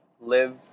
live